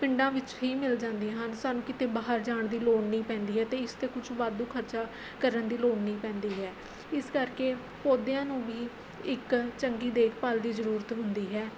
ਪਿੰਡਾਂ ਵਿੱਚ ਹੀ ਮਿਲ ਜਾਂਦੀਆਂ ਹਨ ਸਾਨੂੰ ਕਿਤੇ ਬਾਹਰ ਜਾਣ ਦੀ ਲੋੜ ਨਹੀਂ ਪੈਂਦੀ ਹੈ ਅਤੇ ਇਸ 'ਤੇ ਕੁਛ ਵਾਧੂ ਖਰਚਾ ਕਰਨ ਦੀ ਲੋੜ ਨਹੀਂ ਪੈਂਦੀ ਹੈ ਇਸ ਕਰਕੇ ਪੌਦਿਆਂ ਨੂੰ ਵੀ ਇੱਕ ਚੰਗੀ ਦੇਖਭਾਲ ਦੀ ਜ਼ਰੂਰਤ ਹੁੰਦੀ ਹੈ